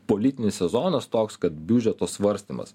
politinis sezonas toks kad biudžeto svarstymas